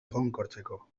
egonkortzeko